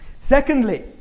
Secondly